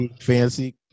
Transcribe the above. Fancy